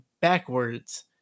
backwards